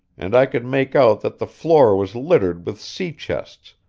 and i could make out that the floor was littered with sea chests,